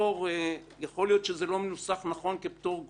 יכול להיות שזה לא מנוסח נכון כפטור גורף,